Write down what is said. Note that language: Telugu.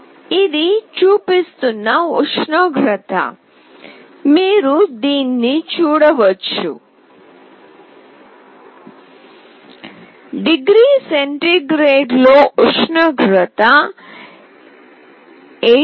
ఇది చూపిస్తున్న ఉష్ణోగ్రత మీరు దీన్ని చూడవచ్చు డిగ్రీ సెంటీగ్రేడ్లో ఉష్ణోగ్రత 18